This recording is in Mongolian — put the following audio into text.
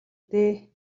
дээ